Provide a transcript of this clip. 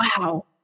Wow